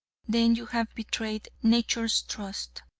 then you have betrayed nature's trust.